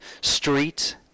streets